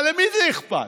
אבל למי זה אכפת?